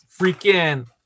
freaking